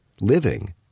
Living